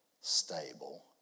stable